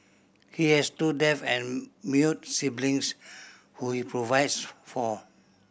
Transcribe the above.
he has two deaf and mute siblings who he provides for